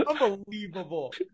Unbelievable